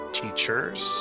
teachers